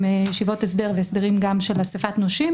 ישיבות הסדר והסדרים של אסיפת נושים,